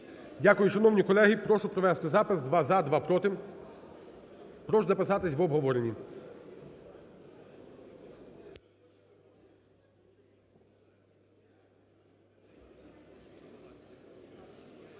Дякую. Шановні колеги, прошу провести запис: два – за, два – проти. Прошу записатись на обговорення.